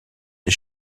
des